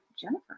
Jennifer